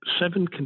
seven